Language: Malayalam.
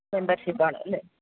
മെമ്പർഷിപ്പാണ് അല്ലേ